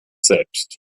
selbst